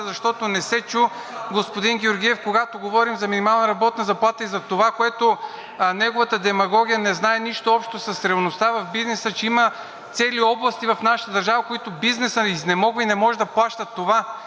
защото не се чу, господин Георгиев, когато говорим за минималната работна заплата и за това, с което неговата демагогия няма нищо общо – с реалността в бизнеса, че има цели области в нашата държава, в които бизнесът изнемогва и не може да плаща това,